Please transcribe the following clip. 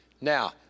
Now